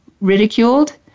ridiculed